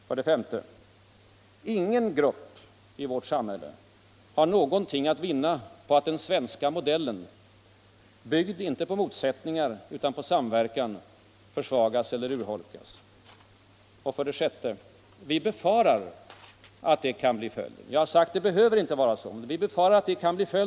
5. Ingen grupp i vårt samhälle har någonting att vinna på att den svenska modellen — byggd inte på motsättningar utan på samverkan — försvagas eller urholkas. 6. Vi befarar att det kan bli följden. Jag har sagt att det inte behöver vara så — men vi befarar det.